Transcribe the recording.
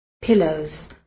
pillows